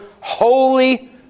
holy